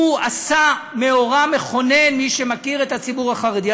הוא עשה מאורע מכונן למי שמכיר את הציבור החרדי.